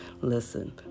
Listen